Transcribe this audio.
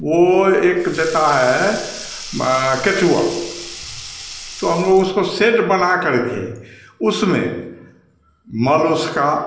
वह एक देता है केँचुआ तो हमलोग उसको शेड बनाकर के उसमें मल उसका